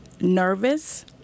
nervous